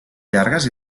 llargues